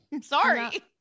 Sorry